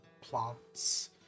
plants